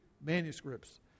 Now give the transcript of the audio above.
manuscripts